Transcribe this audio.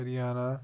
Haryana